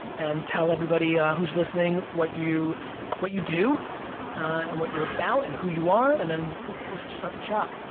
and tell everybody who's listening, what you what you do, and what you're about and who you are and then we'll just start to chat.